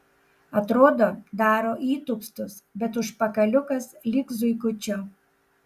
atrodo daro įtūpstus bet užpakaliukas lyg zuikučio